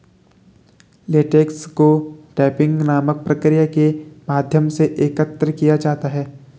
latex को tapping नामक प्रक्रिया के माध्यम से एकत्र किया जाता है